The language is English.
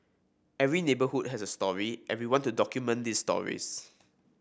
every neighbourhood has a story and we want to document these stories